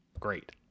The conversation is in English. great